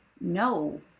no